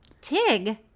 Tig